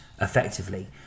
effectively